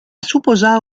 suposar